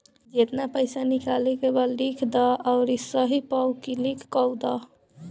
जेतना पइसा निकाले के बा लिख दअ अउरी सही पअ क्लिक कअ दअ